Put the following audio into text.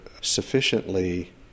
sufficiently